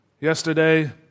yesterday